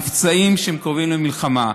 מבצעים שהם קרובים למלחמה.